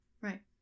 Right